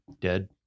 dead